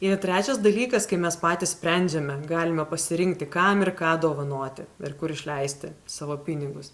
i trečias dalykas kai mes patys sprendžiame galime pasirinkti kam ir ką dovanoti ir kur išleisti savo pinigus